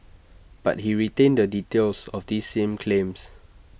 but he retained the details of these same claims